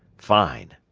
fine!